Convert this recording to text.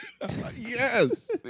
Yes